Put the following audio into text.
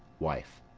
wife.